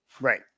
Right